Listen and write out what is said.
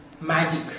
magic